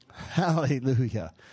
Hallelujah